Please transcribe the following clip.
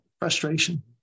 frustration